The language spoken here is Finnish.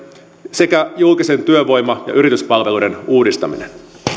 sekä julkisten työvoima ja yrityspalveluiden uudistaminen